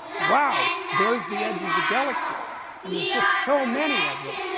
wow! there is the edge of the galaxy and there is just so many of them,